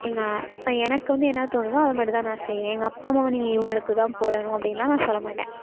எங்கள் இப்போ எனக்கு வந்து என்ன தோணுதோ அதை மட்டும் தான் நான் செய்வேன் எங்கள் அப்பா அம்மாவை நீங்கள் இவங்களுக்கு தான் போடணும் அப்படின்னுலாம் நான் சொல்ல மாட்டேன்